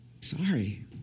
Sorry